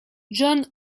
john